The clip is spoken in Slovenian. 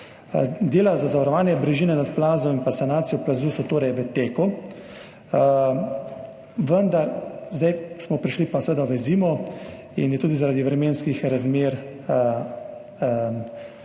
Dela za zavarovanje brežine nad plazom in sanacijo plazu so torej v teku, vendar smo zdaj prišli pa v zimo in so tudi zaradi vremenskih razmer dela